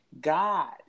God